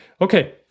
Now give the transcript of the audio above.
Okay